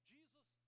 Jesus